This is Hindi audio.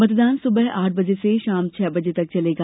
मतदान सुबह आठ बजे से शाम छह बजे तक चलेगा